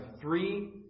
three